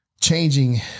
changing